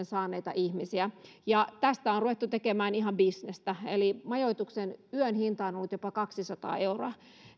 saaneita ihmisiä tästä on ruvettu tekemään ihan bisnestä eli majoituksen hinta yöltä on ollut jopa kaksisataa euroa